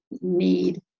need